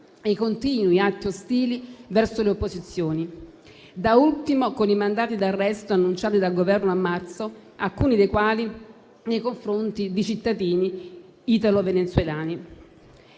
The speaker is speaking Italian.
i continui atti ostili verso le opposizioni, da ultimo con i mandati d'arresto annunciati dal Governo a marzo, alcuni dei quali nei confronti dei cittadini italo-venezuelani.